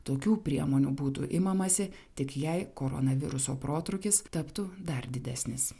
tokių priemonių būtų imamasi tik jei koronaviruso protrūkis taptų dar didesnis